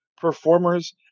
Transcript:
performers